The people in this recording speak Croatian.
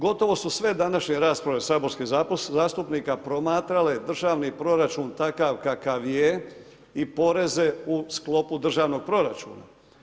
Gotovo su sve današnje rasprave od saborskih zastupnika promatrale državni proračun takav kakav je i poreze u sklopu državnog proračuna.